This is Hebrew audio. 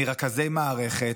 מרכזי מערכת,